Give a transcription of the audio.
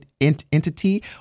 entity